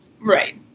Right